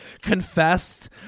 confessed